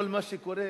אחרי כל מה שקורה,